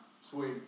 Sweet